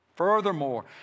Furthermore